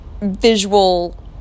Visual